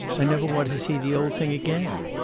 i never want to see the old thing again.